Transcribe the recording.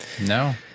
No